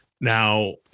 Now